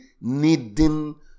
needing